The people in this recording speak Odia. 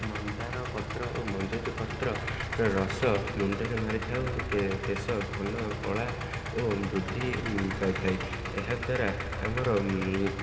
ମନ୍ଦାର ପତ୍ର ଓ ମଞ୍ଜୁଆତି ପତ୍ର ରସ ମୁଣ୍ଡରେ ମାରିଥାଉ କେଶ ଘନ କଳା ଓ ବୃଦ୍ଧି ପାଇଥାଏ ଏହାଦ୍ୱାରା ଆମର